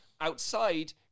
outside